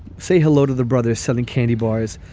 say hello to the brothers selling candy bars,